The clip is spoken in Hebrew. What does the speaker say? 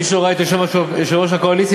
מישהו ראה את יושב-ראש הקואליציה?